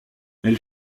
elle